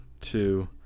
Two